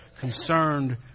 concerned